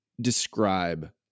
describe